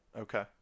Okay